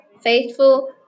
faithful